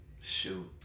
shoot